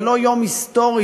זה לא יום היסטורי,